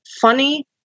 funny